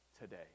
today